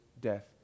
death